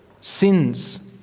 sins